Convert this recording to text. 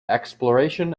exploration